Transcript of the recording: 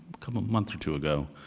couple months or two ago,